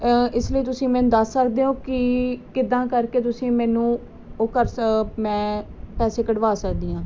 ਇਸ ਲਈ ਤੁਸੀਂ ਮੈਨੂੰ ਦੱਸ ਸਕਦੇ ਹੋ ਕਿ ਕਿੱਦਾਂ ਕਰਕੇ ਤੁਸੀਂ ਮੈਨੂੰ ਉਹ ਕਰ ਸ ਮੈਂ ਪੈਸੇ ਕਢਵਾ ਸਕਦੀ ਹਾਂ